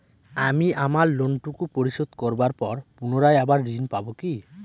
আমি আমার লোন টুকু পরিশোধ করবার পর পুনরায় আবার ঋণ পাবো কি?